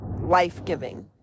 life-giving